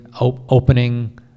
opening